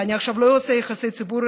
ואני עכשיו לא אעשה יחסי ציבור,